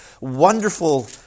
wonderful